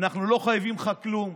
אנחנו לא חייבים לך כלום.